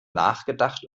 nachgedacht